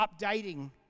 updating